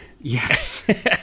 Yes